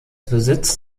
besitzt